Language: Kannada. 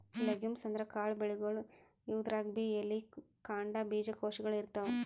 ಲೆಗುಮ್ಸ್ ಅಂದ್ರ ಕಾಳ್ ಬೆಳಿಗೊಳ್, ಇವುದ್ರಾಗ್ಬಿ ಎಲಿ, ಕಾಂಡ, ಬೀಜಕೋಶಗೊಳ್ ಇರ್ತವ್